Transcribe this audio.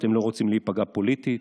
שאתם לא רוצים להיפגע פוליטית?